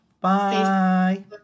bye